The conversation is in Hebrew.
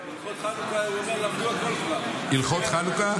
------ הלכות חנוכה --- הלכות חנוכה?